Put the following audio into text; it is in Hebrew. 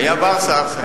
היה באסה.